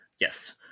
yes